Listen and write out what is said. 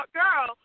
girl